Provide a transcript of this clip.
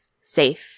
safe